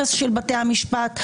הרס של בתי המשפט,